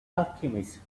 alchemist